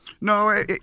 No